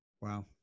wow